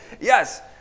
Yes